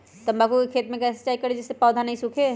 तम्बाकू के खेत मे कैसे सिंचाई करें जिस से पौधा नहीं सूखे?